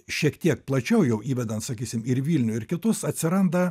šiek tiek plačiau jau įvedant sakysim ir vilnių ir kitus atsiranda